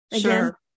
Sure